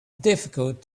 difficult